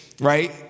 right